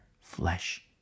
flesh